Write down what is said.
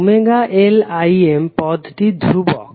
ωLIm পদটি দ্রুবক